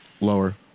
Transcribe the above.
Lower